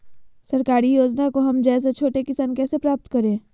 सरकारी योजना को हम जैसे छोटे किसान कैसे प्राप्त करें?